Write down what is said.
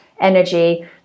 energy